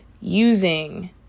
using